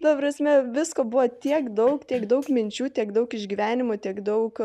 ta prasme visko buvo tiek daug tiek daug minčių tiek daug išgyvenimų tiek daug